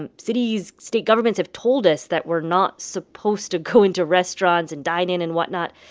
um cities, state governments have told us that we're not supposed to go into restaurants and dine in and whatnot.